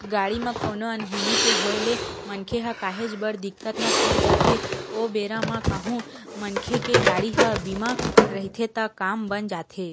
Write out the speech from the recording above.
गाड़ी म कोनो अनहोनी के होय ले मनखे ह काहेच बड़ दिक्कत म फस जाथे ओ बेरा म कहूँ मनखे के गाड़ी ह बीमा रहिथे त काम बन जाथे